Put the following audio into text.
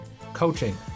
coaching